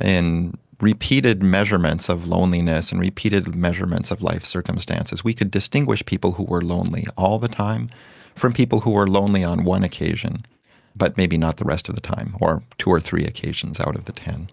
in repeated measurements of loneliness and repeated measurements of life circumstances, we could distinguish people who were lonely all the time from people who were lonely on one occasion but maybe not the rest of the time or two or three occasions out of the ten.